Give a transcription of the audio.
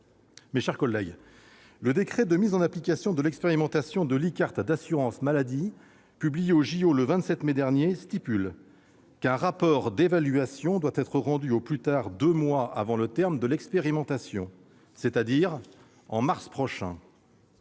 Mes chers collègues, le décret de mise en application de l'expérimentation de l'e-carte d'assurance maladie, publié au le 27 mai dernier, prévoit qu'un rapport d'évaluation sera rendu au plus tard deux mois avant le terme de l'expérimentation, c'est-à-dire en mars prochain.